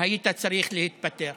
היית צריך להתפטר,